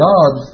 God